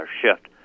shift